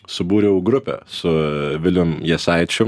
subūriau grupę su vilium jasaičiu